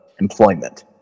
employment